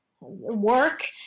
Work